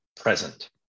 present